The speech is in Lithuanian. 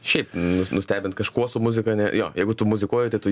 šiaip nus nustebint kažkuo su muzika ne jo jeigu tu muzikuoji tai tu